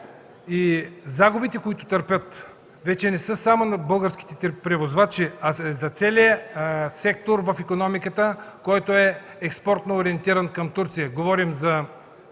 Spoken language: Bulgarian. Загубите, които търпят, вече не са само на българските превозвачи, а са и за целия сектор в икономиката, който е експортно ориентиран към Турция – говорим за